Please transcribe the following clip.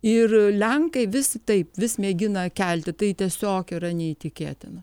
ir lenkai vis taip vis mėgina kelti tai tiesiog yra neįtikėtina